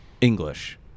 English